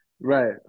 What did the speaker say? Right